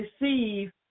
receive